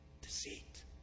Deceit